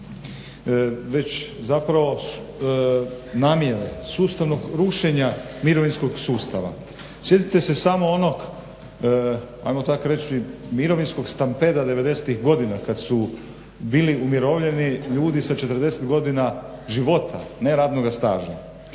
već zapravo namjere, sustavnog rušenja mirovinskog sustava. Sjetite se samo onog, ajmo tako reći mirovinskog stampeda devedesetih godina kad su bili umirovljeni ljudi sa 40 godina života, ne radnoga staža.